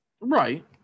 Right